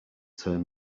turn